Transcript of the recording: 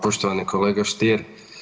Poštovani kolega Stier.